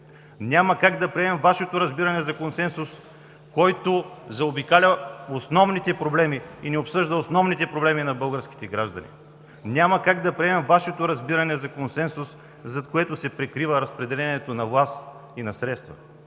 Няма как да приемем Вашето разбиране за консенсус, което заобикаля основните проблеми и не обсъжда основните проблеми на българските граждани. Няма как да приемем Вашето разбиране за консенсус, зад което се прикрива разпределението на власт и на средства.